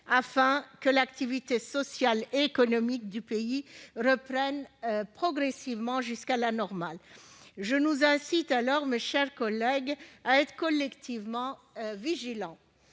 afin que l'activité sociale et économique du pays reprenne progressivement jusqu'à la normale. Je vous incite, mes chers collègues, à être collectivement vigilants